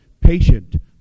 patient